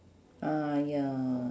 ah ya